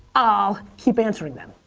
i'll keep answering them.